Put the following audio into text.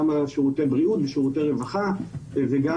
גם על שירותי בריאות ושירותי רווחה וגם